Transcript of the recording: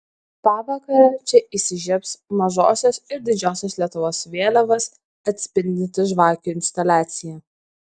pavakarę čia įsižiebs mažosios ir didžiosios lietuvos vėliavas atspindinti žvakių instaliacija